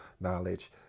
knowledge